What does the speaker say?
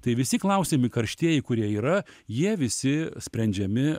tai visi klausiami karštieji kurie yra jie visi sprendžiami